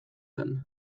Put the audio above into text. zen